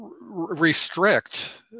restrict